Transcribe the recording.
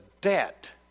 debt